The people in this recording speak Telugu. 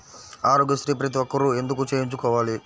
ఆరోగ్యశ్రీ ప్రతి ఒక్కరూ ఎందుకు చేయించుకోవాలి?